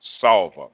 solver